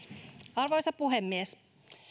arvoisa puhemies